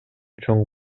чоң